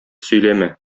сөйләмә